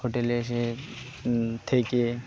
হোটেলে এসে থেকে